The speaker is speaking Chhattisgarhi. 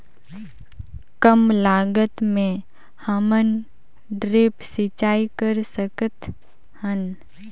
कम लागत मे हमन ड्रिप सिंचाई कर सकत हन?